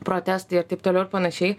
protestai ir taip toliau ir panašiai